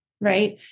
right